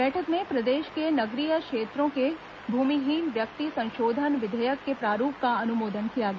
बैठक में प्रदेश के नगरीय क्षेत्रों के भूमिहीन व्यक्ति संशोधन विधेयक के प्रारूप का अनुमोदन किया गया